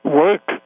work